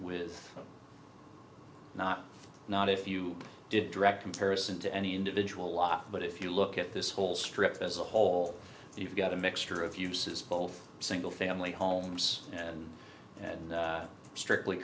with not not if you did direct comparison to any individual lot but if you look at this whole strip as a whole you've got a mixture of uses both single family homes and strictly